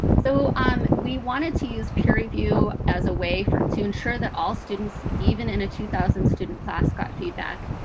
so um we wanted to use peer review as a way for it to ensure that all students, even in a two thousand student class got feedback.